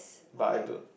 but I don't